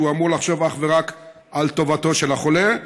שאמור לחשוב אך ורק על טובתו של החולה,